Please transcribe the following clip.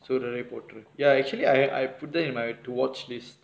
sooraraipotru ya ya actually I I put them in my to watch list